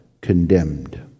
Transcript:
condemned